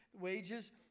wages